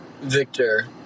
Victor